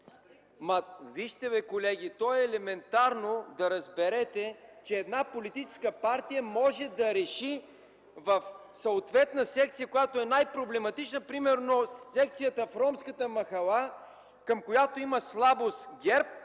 Вижте, колеги, то е елементарно да разберете, че една политическа партия може да реши в съответна секция, която е най-проблематична, примерно, секцията в ромската махала, към която има слабост ГЕРБ,